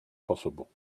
possible